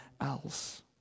else